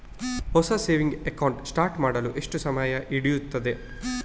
ಹೊಸ saving account start ಮಾಡಲು ಎಷ್ಟು ಸಮಯ ಹಿಡಿಯುತ್ತದೆ?